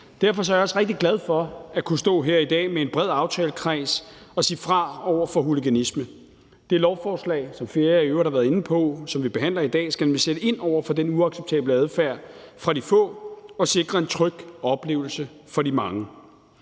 Derfor er jeg også rigtig glad for at kunne stå her i dag med en bred aftalekreds og sige fra over for hooliganisme. Det lovforslag, som vi behandler i dag, skal, som flere har været inde på, nemlig sætte ind over for den uacceptable adfærd fra de få og sikre en tryg oplevelse for de mange.